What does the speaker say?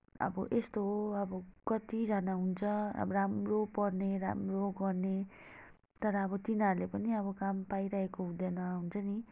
अब यस्तो हो अब कतिजना हुन्छ अब राम्रो पढ्ने राम्रो गर्ने तर अब तिनीहरूले पनि अब काम पाइरहेको हुँदैन हुन्छ नि